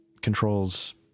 controls